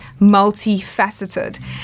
multifaceted